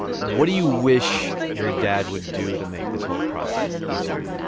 what do you wish your dad would do to make this whole process easier?